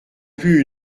plus